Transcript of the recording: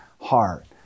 heart